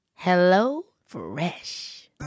HelloFresh